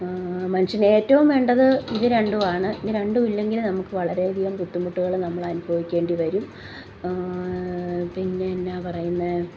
മനുഷ്യന് ഏറ്റവും വേണ്ടത് ഇത് രണ്ടുമാണ് ഇത് രണ്ടുമില്ലെങ്കിൽ നമ്മൾക്ക് വളരെ അധികം ബുദ്ധിമുട്ടുകൾ നമ്മൾ അനുഭവിക്കേണ്ടി വരും പിന്നെ എന്നാൽ പറയുന്നത്